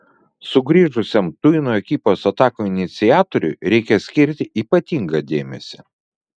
sugrįžusiam tuino ekipos atakų iniciatoriui reikia skirti ypatingą dėmesį